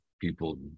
people